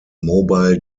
mobile